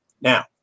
Now